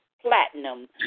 platinum